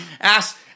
Ask